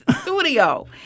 studio